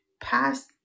past